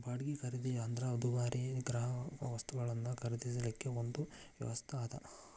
ಬಾಡ್ಗಿ ಖರೇದಿ ಅಂದ್ರ ದುಬಾರಿ ಗ್ರಾಹಕವಸ್ತುಗಳನ್ನ ಖರೇದಿಸಲಿಕ್ಕೆ ಒಂದು ವ್ಯವಸ್ಥಾ ಅದ